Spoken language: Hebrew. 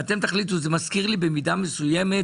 זה מזכיר לי במידה מסוימת,